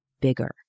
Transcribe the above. bigger